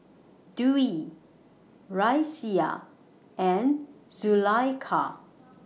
Dwi Raisya and Zulaikha